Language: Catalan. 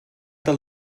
del